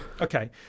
Okay